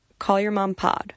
callyourmompod